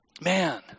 Man